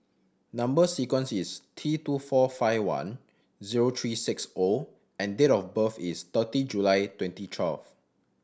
number sequence is T two four five one zero three six O and date of birth is thirty July twenty twelve